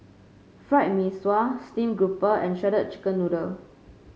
Fried Mee Sua stream grouper and Shredded Chicken Noodles